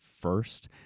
first